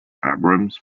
abrams